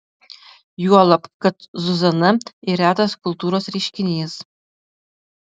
juolab kad zuzana ir retas kultūros reiškinys